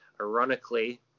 ironically